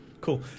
Cool